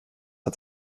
hat